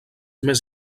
més